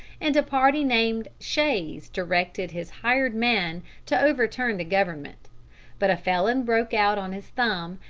and a party named shays directed his hired man to overturn the government but a felon broke out on his thumb,